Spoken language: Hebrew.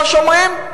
מה שאומרים,